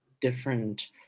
different